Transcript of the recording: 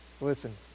Listen